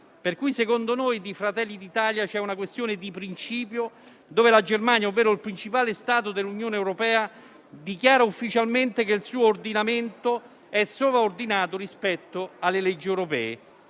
Dunque secondo noi di Fratelli d'Italia, vi è una questione di principio per la quale la Germania, ovvero il principale stato dell'Unione europea, dichiara ufficialmente che il suo ordinamento è sovraordinato rispetto alle leggi europee.